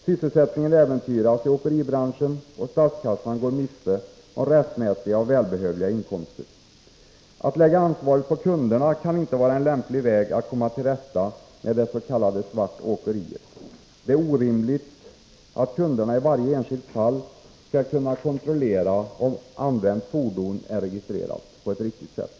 Sysselsättningen äventyras i åkeribranschen, och statskassan går miste om Nr 19 rättmätiga och välbehövliga inkomster. Tisdagen den Att lägga ansvaret på kunderna kan inte vara en lämplig väg att komma till 8 november 1983 rätta med det s.k. svartåkeriet. Det är orimligt att kunderna i varje enskilt fall skall kunna kontrollera om använt fordon är registrerat på ett riktigt sätt.